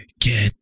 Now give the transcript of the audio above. get